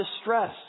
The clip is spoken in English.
distress